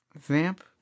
Vamp